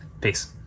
Peace